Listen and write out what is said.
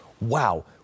Wow